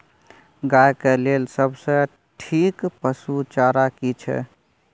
गाय के लेल सबसे ठीक पसु चारा की छै?